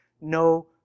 no